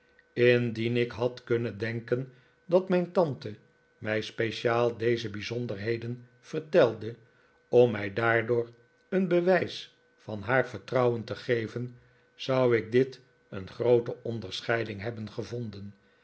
indien ik had kunnen denken dat mijn tante mij speciaal deze bijzonderheden vertelde om mij daardoor een bewijs van haar vertrouwen te geven zou ik dit een groote onderscheiding hebben gevonden